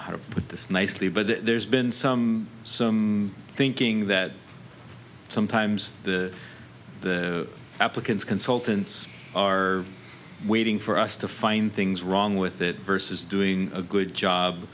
how to put this nicely but there's been some some thinking that sometimes the applicants consultants are waiting for us to find things wrong with it versus doing a good job